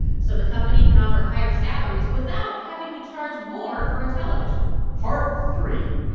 so the company can offer higher salaries without having to charge more for a television part three